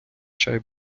чай